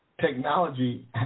technology